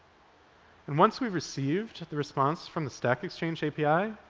and once we've received the response from the stack exchange api,